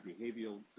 behavioral